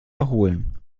erholen